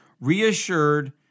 reassured